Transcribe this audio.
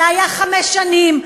זה היה חמש שנים,